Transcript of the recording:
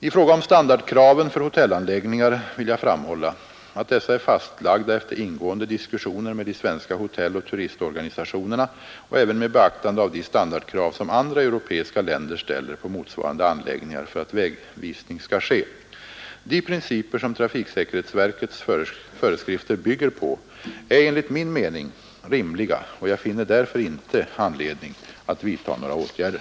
I fråga om standardkraven för hotellanläggningar vill jag framhålla att dessa är fastlagda efter ingående diskussioner med de svenska hotelloch turistorganisationerna och även med beaktande av de standardkrav som andra europeiska länder ställer på motsvarande anläggningar för att vägvisning skall ske. De principer som trafiksäkerhetsverkets föreskrifter bygger på är enligt min mening rimliga, och jag finner därför inte anledning att vidta några åtgärder.